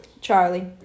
Charlie